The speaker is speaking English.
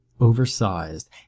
Oversized